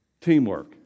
Teamwork